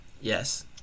Yes